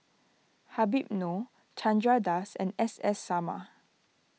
Habib Noh Chandra Das and S S Sarma